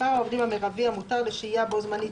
מספר העובדים המרבי המותר לשהייה בו־זמנית